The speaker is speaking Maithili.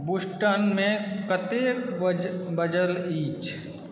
बोस्टनमे कतेक बजल अछि